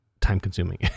time-consuming